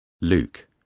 Luke